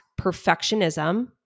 perfectionism